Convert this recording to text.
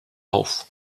auf